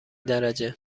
درجه